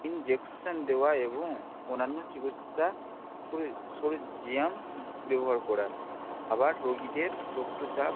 injection দেওয়া এবং অনান্য চিকৎসা সরঞ্জাম ব্যবহার করা আবার রোগীদের রক্তচাপ